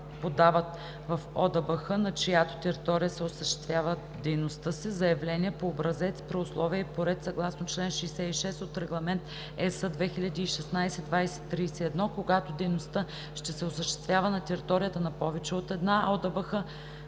подават в ОДБХ, на чиято територия ще осъществяват дейността си, заявление по образец при условия и по ред съгласно чл. 66 от Регламент (ЕС) 2016/2031. Когато дейността ще се осъществява на територията на повече от една ОДБХ,